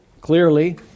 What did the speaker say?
clearly